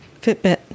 fitbit